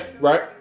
right